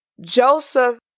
Joseph